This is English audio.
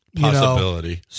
possibility